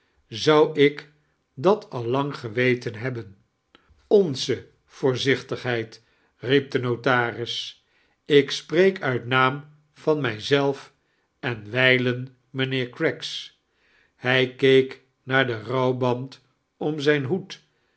zou ik dat al lang ge weten hebben onze vioorzichtigheid riep de notaris ik spreek uit naam van mij zelf en wijlen mijnheer craggs hij kieek naar den roawband om zijn hoed